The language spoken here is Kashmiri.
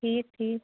ٹھیٖک ٹھیٖک